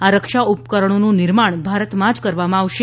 આ રક્ષા ઉપરકરણોનું નિર્માણ ભારતમાં જ કરવામાં આવશે